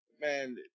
man